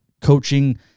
coaching